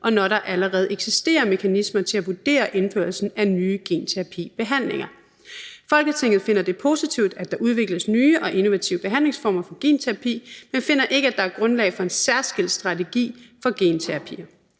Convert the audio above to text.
og når der allerede eksisterer mekanismer til at vurdere indførelsen af nye genterapibehandlinger. Folketinget finder det positivt, at der udvikles nye og innovative behandlingsformer for genterapi, men finder ikke, at der er grundlag for en særskilt strategi for genterapier.